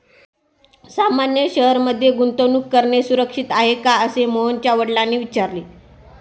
सामान्य शेअर मध्ये गुंतवणूक करणे सुरक्षित आहे का, असे मोहनच्या वडिलांनी विचारले